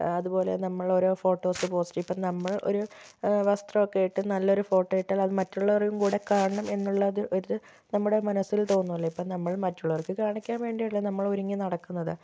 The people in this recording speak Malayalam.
അതുപോലെ നമ്മൾ ഓരോ ഫോട്ടോസ് പോസ്റ്റ് ഇപ്പം നമ്മൾ ഒരു വസ്ത്രം ഒക്കെ ഇട്ട് നല്ല ഒരു ഫോട്ടോ ഇട്ടാൽ അത് മറ്റുള്ളവരും കൂടി കാണണം എന്നുള്ളത് ഒരു നമ്മുടെ മനസ്സിൽ തോന്നുമല്ലോ ഇപ്പോൾ നമ്മൾ മറ്റുള്ളവർക്ക് കാണിക്കാൻ വേണ്ടിയല്ലേ നമ്മൾ ഒരുങ്ങി നടക്കുന്നത്